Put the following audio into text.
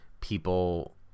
people